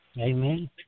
Amen